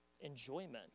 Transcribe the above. enjoyment